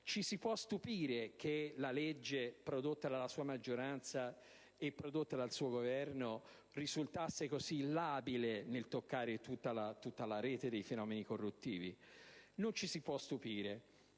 ci si può stupire che la legge prodotta dalla sua maggioranza e dal suo Governo risulti così labile nel toccare tutta la rete dei fenomeni corruttivi? Non ci si può stupire.